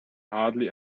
hardly